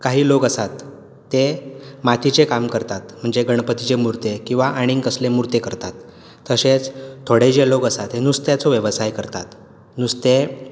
काही लोक आसात ते मातयेचें काम करतात म्हणजे गणपतीचे मुर्ती किंवा आनी कसले मुर्ते करतात तशेंच थोडे जे लोक आसात ते नुस्त्याचो वेवसाय करतात नुस्तें